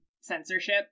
censorship